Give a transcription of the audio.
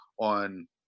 on